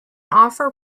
offer